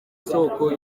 soko